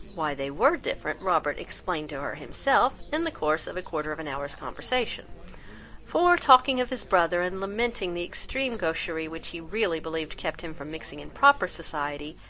why they were different, robert explained to her himself in the course of a quarter of an hour's conversation for, talking of his brother, and lamenting the extreme gaucherie which he really believed kept him from mixing in proper society,